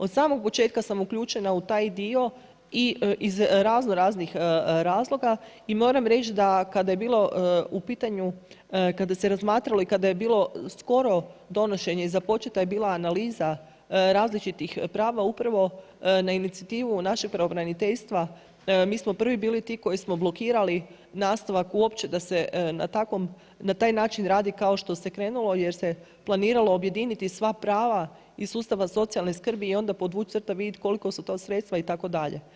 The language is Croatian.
Od samog početka sam uključena u taj dio i iz raznoraznih razloga i moram reći da kada je bilo u pitanju kada se razmatralo i kada je bilo skoro donošenje i započeta je bila analiza različitih prava upravo na inicijativu našeg pravobraniteljstva mi smo bili prvi ti koji smo blokirali nastavak uopće da se na taj način radi kao što se krenulo jer se planiralo objediniti sva prava iz sustava socijalne skrbi i onda podvuć crta i vidjet kolika su to sredstva itd.